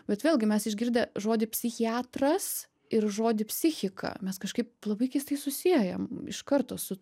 bet vėlgi mes išgirdę žodį psichiatras ir žodį psichika mes kažkaip labai keistai susiejam iš karto su